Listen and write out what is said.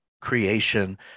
creation